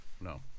No